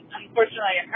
unfortunately